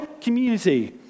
Community